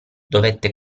dovette